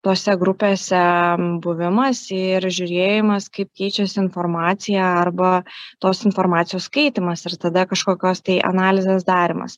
tose grupėse buvimas ir žiūrėjimas kaip keičiasi informacija arba tos informacijos skaitymas ir tada kažkokios tai analizės darymas